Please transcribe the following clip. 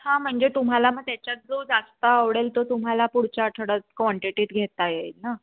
हां म्हणजे तुम्हाला मग त्याच्यात जो जास्त आवडेल तो तुम्हाला पुढच्या आठवड्यात क्वांटिटीत घेता येईल ना